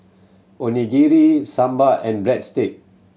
Onigiri Sambar and Breadstick